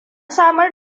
samar